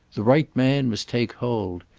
the right man must take hold.